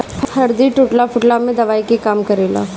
हरदी टूटला फुटला में दवाई के काम करेला